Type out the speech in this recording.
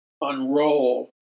unroll